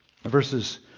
Verses